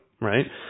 right